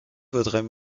vaudrait